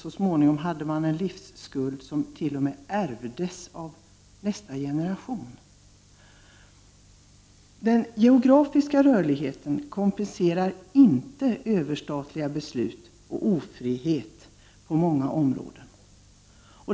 Så småningom hade arbetarna en livstidsskuld, som t.o.m. ”ärvdes” av nästa generation. Den geografiska rörligheten kompenserar inte överstatliga beslut och ofrihet på andra områden.